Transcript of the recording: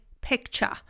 picture